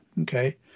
Okay